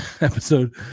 episode